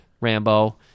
Rambo